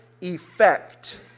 effect